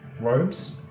robes